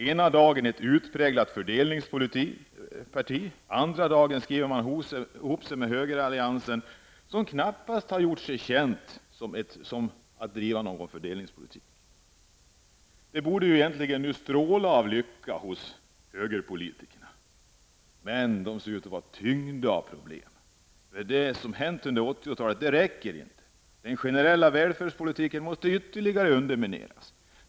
Ena dagen agerar centern som ett utpräglat fördelningsparti. Andra dagen skriver man ihop sig med högeralliansen, vilken knappast gjort sig känd för att driva fördelningspolitik. Högerpolitikerna borde egentligen stråla av lycka. Men de förefaller tyngda av problem. Det som hänt under 80-talet räcker inte. Den generella välfärdspolitiken måste ytterligare undermineras.